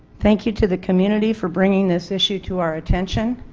thank you to the community for bringing this issue to our attention,